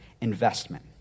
investment